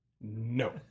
No